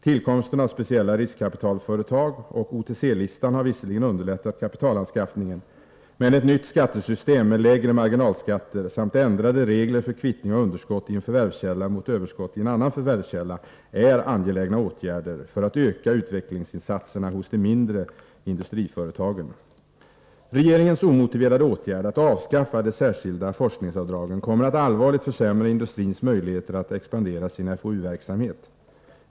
Tillkomsten av speciella riskkapitalföretag och OTC-listan har visserligen underlättat kapitalanskaffningen, men ett nytt skattesystem med lägre marginalskatter samt ändrade regler för kvittning av underskott i en förvärvskälla mot överskott i en annan förvärvskälla är angelägna åtgärder för att öka utvecklingsinsatserna hos de mindre industriföretagen. Regeringens omotiverade åtgärd att avskaffa de särskilda forskningsavdragen kommer att allvarligt försämra industrins möjligheter att expandera sin FoU-verksamhet.